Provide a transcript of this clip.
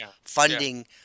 funding